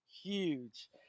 huge